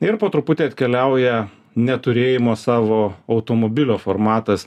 ir po truputį atkeliauja neturėjimo savo automobilio formatas